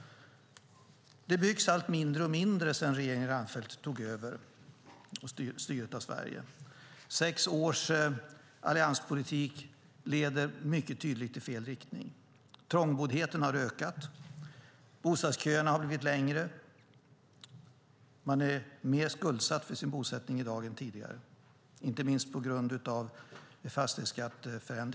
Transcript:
Det byggs allt mindre sedan regeringen Reinfeldt tog över styret av Sverige. Sex års allianspolitik leder tydligt i fel riktning. Trångboddheten har ökat, bostadsköerna har blivit längre, människorna är i dag mer skuldsatta i sin bosättning än tidigare, inte minst på grund av ändringarna i fastighetsskatten.